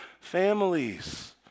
families